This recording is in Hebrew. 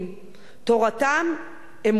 תורתם אומנותם.